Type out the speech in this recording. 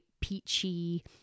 peachy